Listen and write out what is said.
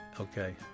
Okay